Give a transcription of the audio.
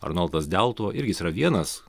arnoldas deltuva irgi jis yra vienas